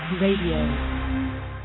Radio